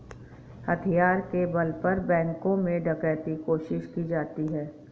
हथियार के बल पर बैंकों में डकैती कोशिश की जाती है